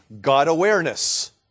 God-awareness